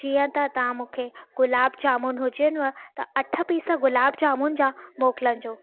जीअं त तव्हां मूंखे गुलाब जामुन हुजनव त अठ पीस गुलाब जामुन जा मोकिलिजो